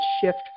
shift